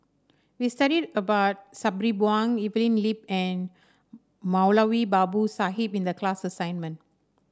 we studied about Sabri Buang Evelyn Lip and Moulavi Babu Sahib in the class assignment